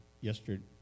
yesterday